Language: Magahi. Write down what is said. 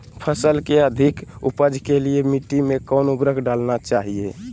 फसल के अधिक उपज के लिए मिट्टी मे कौन उर्वरक डलना चाइए?